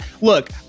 look